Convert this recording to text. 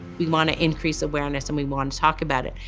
we want to increase awareness and we want to talk about it.